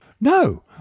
no